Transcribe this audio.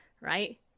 Right